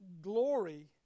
glory